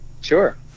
Sure